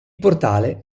portale